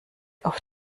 auf